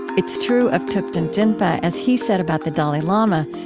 it's true of thupten jinpa, as he said about the dalai lama,